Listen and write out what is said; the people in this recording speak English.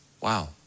Wow